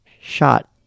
shot